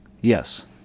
Yes